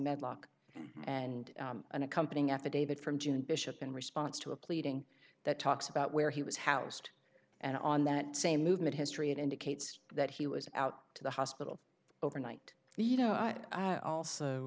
medlock and an accompanying affidavit from june bishop in response to a pleading that talks about where he was housed and on that same movement history it indicates that he was out to the hospital overnight you know i also